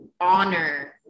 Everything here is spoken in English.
honor